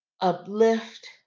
uplift